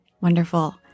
wonderful